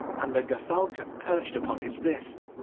and a gerfalcon perched upon his wrist.